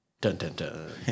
Dun-dun-dun